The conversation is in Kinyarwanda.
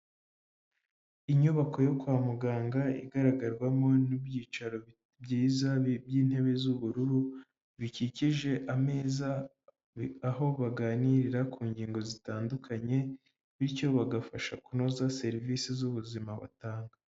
Inyubako yo kwa muganga igaragarwamo n'ibyicaro byiza by'intebe z'ubururu bikikije ameza, aho baganirira ku ngingo zitandukanye bityo bagafasha kunoza serivisi z'ubuzima batanga.